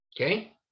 okay